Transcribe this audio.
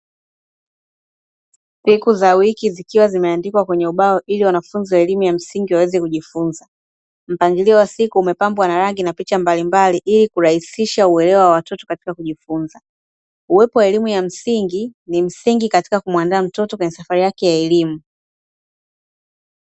Siku za wiki zikiwa zimeandikwa kwenye ubao ili wanafunzi wa elimu ya msingi waweze kujifunza, mpangilio wa siku umepambwa na rangi na picha mbalimbali ili kurahisisha uelewa wa watoto katika kujifunza. Uwepo wa elimu ya msingi ni msingi katika kumuandaa mtoto kwenye safari yake ya elimu.